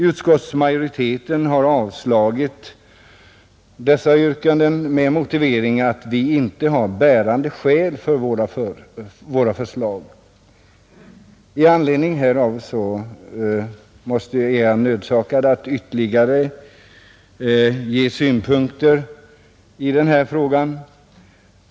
Utskottsmajoriteten har avstyrkt dessa yrkanden med motivering att vi inte har bärande skäl för våra förslag. I anledning härav ser jag mig nödsakad att ytterligare utveckla våra synpunkter i denna fråga.